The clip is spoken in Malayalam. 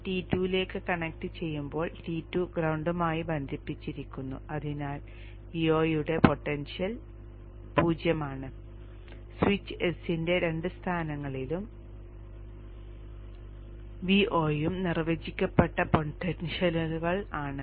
P T2 ലേക്ക് കണക്റ്റ് ചെയ്യുമ്പോൾ T2 ഗ്രൌണ്ടുമായി ബന്ധിപ്പിച്ചിരിക്കുന്നു അതിനാൽ Vo യുടെ പൊട്ടൻഷ്യൽ 0 ആണ് അതിനാൽ സ്വിച്ച് S ന്റെ രണ്ട് സ്ഥാനങ്ങളിലും Vo ഉം നിർവചിക്കപ്പെട്ട പൊട്ടൻഷ്യലുകൾ ആണ്